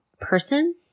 person